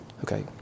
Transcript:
Okay